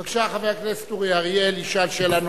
בבקשה, חבר הכנסת אורי אריאל ישאל שאלה נוספת.